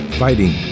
fighting